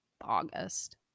August